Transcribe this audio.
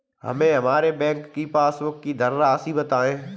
हमें हमारे बैंक की पासबुक की धन राशि बताइए